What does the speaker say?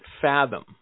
fathom